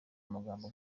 amagambo